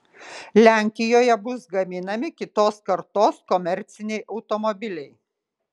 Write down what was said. lenkijoje bus gaminami kitos kartos komerciniai automobiliai